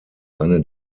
eine